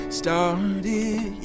started